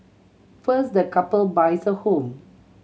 first the couple buys a home